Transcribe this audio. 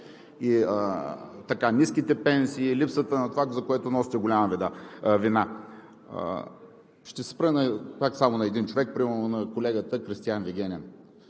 Така, ниските пенсии, липсата на това, за което носите голяма вина. Ще се спра на един човек, примерно на колегата Кристиан Вигенин.